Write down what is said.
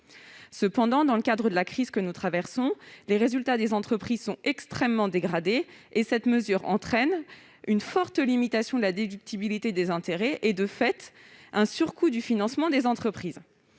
Cependant, dans le cadre de la crise que nous traversons, les résultats des entreprises sont extrêmement dégradés, et cette mesure entraîne une forte limitation de la déductibilité des intérêts et, de fait, un surcoût du financement des entreprises.